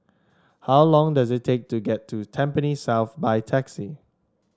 how long does it take to get to Tampines South by taxi